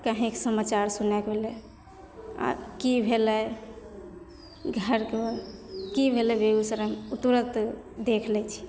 कहिँके समाचार सुनए पड़लै आर की भेलै घरके बाद की भेलै बेगुसरायमे ओ तुरत देखि लै छियै